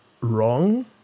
wrong